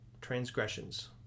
transgressions